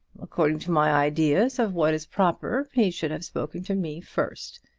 according to my ideas of what is proper he should have spoken to me first.